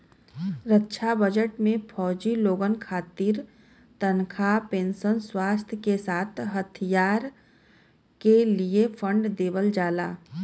रक्षा budget में फौजी लोगन खातिर तनखा पेंशन, स्वास्थ के साथ साथ हथियार क लिए फण्ड देवल जाला